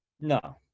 no